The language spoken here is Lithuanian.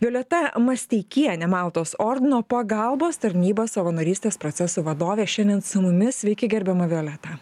violeta masteikienė maltos ordino pagalbos tarnybos savanorystės procesų vadovė šiandien su mumis sveiki gerbiama violeta